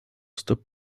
stop